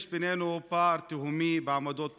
יש בינינו פער תהומי בעמדות פוליטיות.